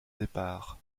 départ